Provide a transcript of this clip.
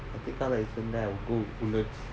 I take car license then I go convert